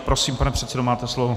Prosím, pane předsedo, máte slovo.